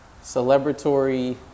celebratory